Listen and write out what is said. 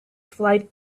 flight